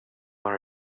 our